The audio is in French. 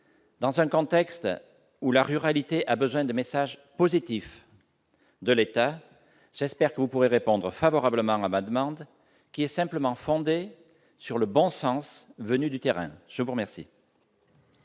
dans un contexte où la ruralité a besoin de messages positifs de l'État, j'espère que vous pourrez répondre favorablement à ma demande, qui est simplement fondée sur le bon sens venu du terrain. La parole